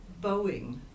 Boeing